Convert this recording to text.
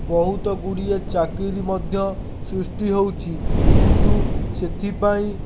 ବହୁତଗୁଡ଼ିଏ ଚାକିରି ମଧ୍ୟ ସୃଷ୍ଟି ହେଉଛି କିନ୍ତୁ ସେଥିପାଇଁ